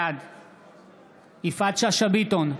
בעד יפעת שאשא ביטון,